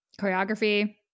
Choreography